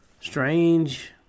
strange